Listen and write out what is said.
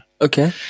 Okay